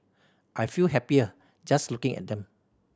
I feel happier just looking at them